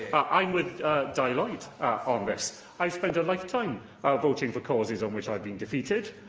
i'm with dai lloyd on this. i've spent a lifetime voting for causes on which i've been defeated.